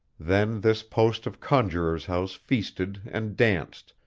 then this post of conjuror's house feasted and danced,